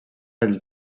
dels